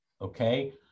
okay